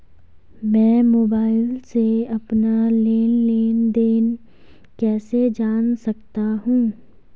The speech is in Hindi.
मैं मोबाइल से अपना लेन लेन देन कैसे जान सकता हूँ?